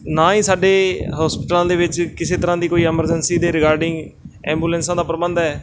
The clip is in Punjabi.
ਨਾ ਹੀ ਸਾਡੇ ਹੋਸਪਿਟਲਾਂ ਦੇ ਵਿੱਚ ਕਿਸੇ ਤਰ੍ਹਾਂ ਦੀ ਕੋਈ ਐਮਰਜੈਂਸੀ ਦੇ ਰਿਗਾਰਡਿੰਗ ਐਂਬੂਲੈਂਸਾਂ ਦਾ ਪ੍ਰਬੰਧ ਹੈ